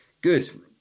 good